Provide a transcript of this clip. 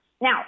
Now